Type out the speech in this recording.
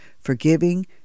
forgiving